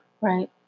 Right